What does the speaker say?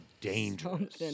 dangerous